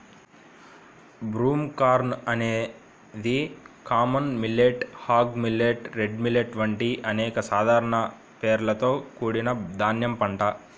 broomcorn అనేది common millet, hog millet, red millet వంటి అనేక సాధారణ పేర్లతో కూడిన ధాన్యం పంట